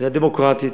מדינה דמוקרטית,